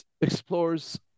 explores